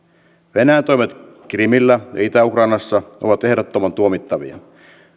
venäjän toimet krimillä ja itä ukrainassa ovat ehdottoman tuomittavia